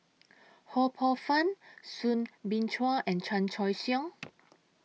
Ho Poh Fun Soo Bin Chua and Chan Choy Siong